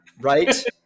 Right